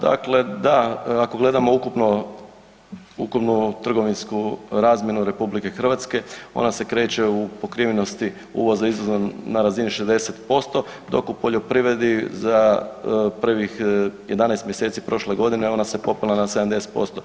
Dakle, da ako gledamo ukupno, ukupnu trgovinsku razmjenu RH ona se kreće u pokrivenosti uvoza izvoza na razini 60%, dok u poljoprivredi za prvih 11 mjeseci prošle godine ona se popela na 70%